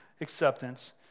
Acceptance